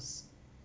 ~s